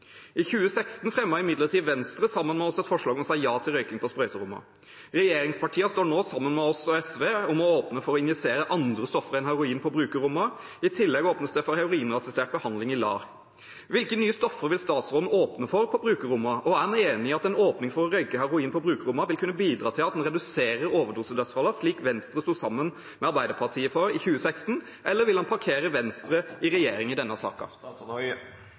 I 2016 fremmet imidlertid Venstre sammen med oss et forslag om å si ja til røyking på sprøyterommene. Regjeringspartiene står nå sammen med oss og SV om å åpne for å injisere andre stoffer enn heroin på brukerrommene. I tillegg åpnes det for heroinassistert behandling i LAR. Hvilke nye stoffer vil statsråden åpne for på brukerrommene, og er han enig i at en åpning for å røyke heroin på brukerrommene vil kunne bidra til at en reduserer overdosedødsfallene, slik Venstre sto sammen med Arbeiderpartiet om i 2016, eller vil han parkere Venstre i regjering i denne